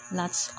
lots